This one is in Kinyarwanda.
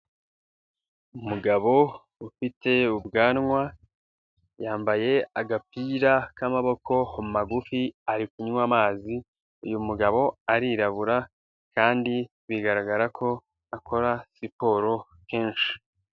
Umugabo ufite ubwanwa yambaye agapira k'amaboko magufi ari kunywa amazi, uyu mugabo arirabura kandi bigaragara ko akora siporo kenshi.